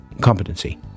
Competency